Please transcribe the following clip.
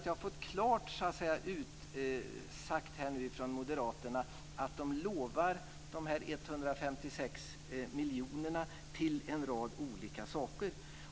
Jag har fått klart utsagt från Moderaterna att man lovar ut 156 miljoner kronor till en rad olika saker.